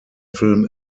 film